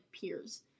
peers